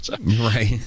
Right